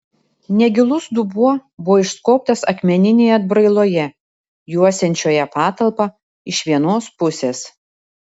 negilus dubuo buvo išskobtas akmeninėje atbrailoje juosiančioje patalpą iš vienos pusės